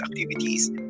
activities